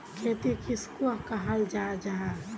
खेत किसोक कहाल जाहा जाहा?